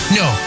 no